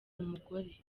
umugore